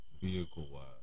vehicle-wise